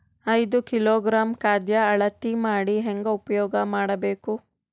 ಐದು ಕಿಲೋಗ್ರಾಂ ಖಾದ್ಯ ಅಳತಿ ಮಾಡಿ ಹೇಂಗ ಉಪಯೋಗ ಮಾಡಬೇಕು?